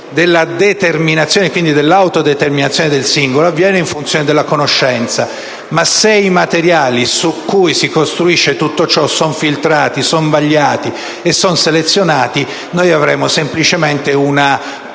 della determinazione, e quindi dell'autodeterminazione del singolo, avviene in funzione della conoscenza. Ma se i materiali su cui si costruisce tutto ciò sono filtrati, sono vagliati e sono selezionati, noi avremo semplicemente una